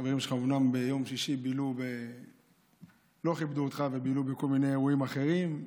חברים שלך אומנם ביום שישי לא כיבדו אותך ובילו בכל מיני אירועים אחרים.